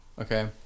okay